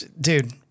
dude